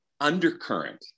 undercurrent